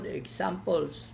examples